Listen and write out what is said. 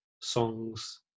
songs